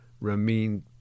Ramin